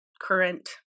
current